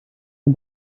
man